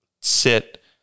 sit